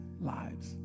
lives